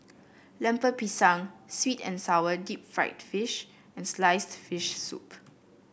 Lemper Pisang sweet and sour Deep Fried Fish and sliced fish soup